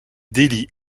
délit